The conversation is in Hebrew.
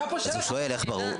אז הוא שואל איך ברור.